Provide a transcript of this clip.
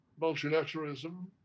multilateralism